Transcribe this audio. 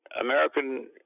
American